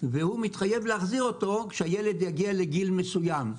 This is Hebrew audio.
והוא מתחייב להחזיר אותו כשהילד יגיע לגיל מסוים.